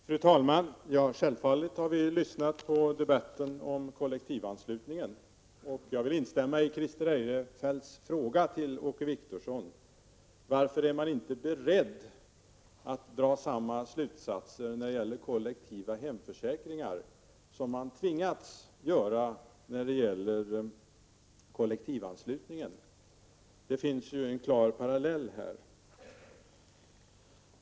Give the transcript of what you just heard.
Fru talman! Självfallet har vi lyssnat på debatten om kollektivanslutningen. Jag instämmer i Christer Eirefelts fråga till Åke Wictorsson: Varför är maniinte beredd att dra samma slutsatser när det gäller kollektiva hemförsäkringar som man tvingats dra när det gäller kollektivanslutningen? Det finns en klar parallell här.